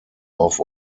auf